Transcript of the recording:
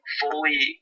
fully